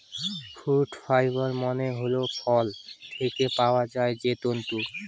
fruit fibre মানে হল ফল থেকে পাওয়া যায় যে তন্তু